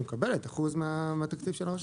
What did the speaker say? היא מקבלת 1% מהתקציב של הרשות.